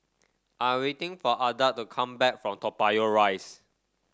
I am waiting for Adda to come back from Toa Payoh Rise